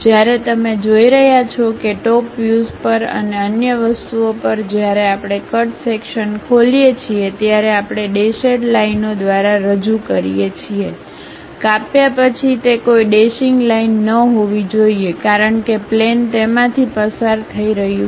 જ્યારે તમે જોઈ રહ્યાં છો કે ટોપ વ્યુઝ પર અને અન્ય વસ્તુઓ પર જ્યારે આપણે કટ સેક્શન્ ખોલીએ છીએ ત્યારે આપણે ડેશેડ લાઇનો દ્વારા રજૂ કરીએ છીએ કાપ્યા પછી તે કોઈ ડેશિંગ લાઇન ન હોવી જોઈએ કારણ કે પ્લેન તેમાંથી પસાર થઈ રહ્યું છે